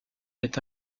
est